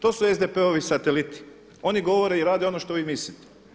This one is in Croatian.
To su SDP-ovi sateliti, oni govore i rade ono što vi mislite.